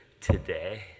today